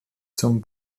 zum